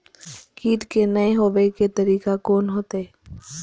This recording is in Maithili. कीट के ने हे के तरीका कोन होते?